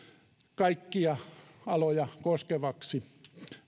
kaikkia aloja koskevaksi